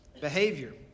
behavior